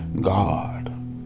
God